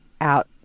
out